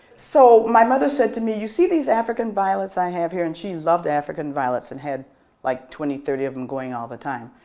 so my mother said to me you see these african violets i have here? and she loved african violets and had like twenty thirty of them going all the time.